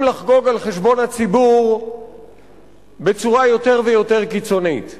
לחגוג על חשבון הציבור בצורה יותר ויותר קיצונית.